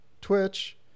twitch